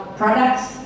products